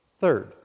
Third